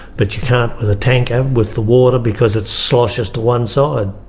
but you can't with a tanker, with the water, because it sloshes to one side.